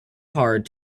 hard